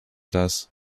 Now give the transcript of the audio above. das